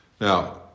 now